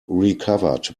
recovered